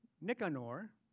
Nicanor